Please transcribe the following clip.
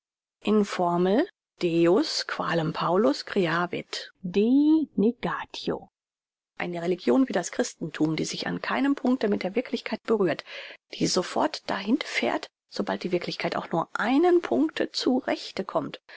in formel deus qualem paulus creavit dei negatio eine religion wie das christenthum die sich an keinem punkte mit der wirklichkeit berührt die sofort dahinfällt sobald die wirklichkeit auch nur an einem punkte zu rechte kommt